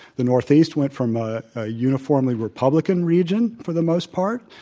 the northeast went from a ah uniformly republican region for the most part,